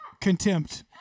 contempt